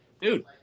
dude